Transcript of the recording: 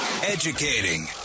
Educating